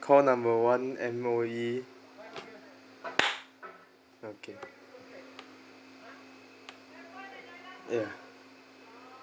call number one M_O_E okay ya